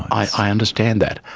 i understand that,